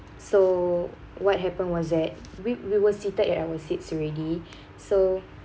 so what happened was that we we were seated at our seats already so